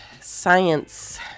Science